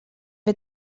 wir